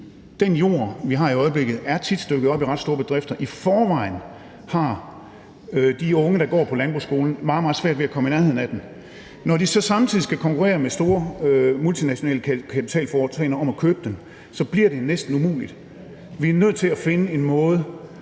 Den jord, vi har i øjeblikket, er tit stykket op i ret store bedrifter. I forvejen har de unge, der går på landbrugsskolen, meget, meget svært ved at komme i nærheden af den, og når de så samtidig skal konkurrere med store multinationale kapitalforetagender om at købe den, bliver det næsten umuligt. Vi er nødt til at finde en måde